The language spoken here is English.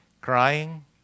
crying